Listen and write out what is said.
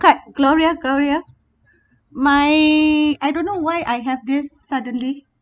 cut gloria gloria my I don't know why I have this suddenly